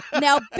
Now